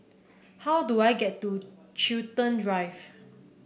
how do I get to Chiltern Drive